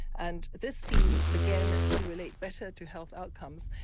and this seems again to relate better to health outcomes.